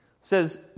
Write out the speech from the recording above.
says